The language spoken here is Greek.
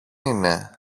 είναι